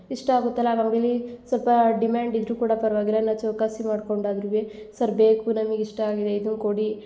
ಇಷ್ಟ ಆಗತ್ತಲ್ಲಾ ನಮ್ಗೆ ಇಲ್ಲಿ ಸ್ವಲ್ಪ ಡಿಮ್ಯಾಂಡ್ ಇದ್ದರೂ ಕೂಡ ಪರವಾಗಿಲ್ಲ ನಾವು ಚೌಕಾಸಿ ಮಾಡ್ಕೊಂಡು ಆದ್ರುವೆ ಸರ್ ಬೇಕು ನಮಗೆ ಇಷ್ಟ ಆಗಿದೆ ಇದು ಕೊಡಿ